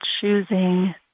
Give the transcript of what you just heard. choosing